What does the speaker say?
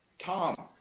Tom